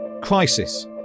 Crisis